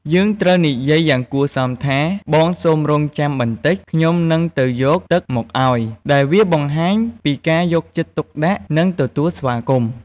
យើងត្រូវនិយាយយ៉ាងគួរសមថា បងសូមរង់ចាំបន្តិច ខ្ញុំនឹងទៅយកទឹកមកឲ្យ ដែលវាបង្ហាញពីការយកចិត្តទុកដាក់ និងទទួលស្វាគមន៍។